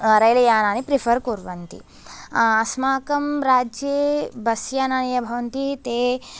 रेलयानानि प्रिफर् कुर्वन्ति अस्माकं राज्ये बस्यानानि ये भवन्ति ते